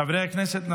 חברי הכנסת,